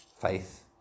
faith